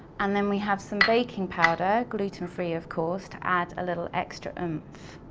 and then we have some baking powder, gluten-free of course, to add a little extra um